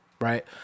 Right